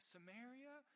Samaria